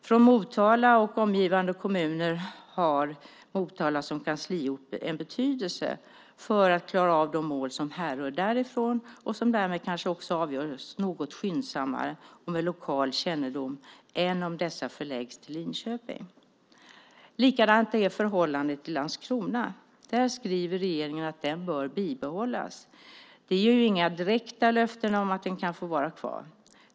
För Motala och omgivande kommuner har Motala som kansliort betydelse för att klara av de mål som härrör därifrån och som därmed kanske också avgörs något skyndsammare och med mer lokal kännedom än om dessa förläggs till Linköping. Likadant är förhållandet i Landskrona. Regeringen skriver att tingsrätten där bör bibehållas. Det ges inga direkta löften om att den kan få vara kvar.